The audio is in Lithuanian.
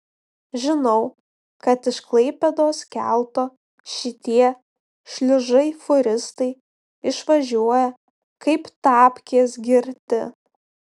žinau kad iš klaipėdos kelto šitie šliužai fūristai išvažiuoja kaip tapkės girti